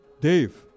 Dave